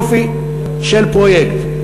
יופי של פרויקט.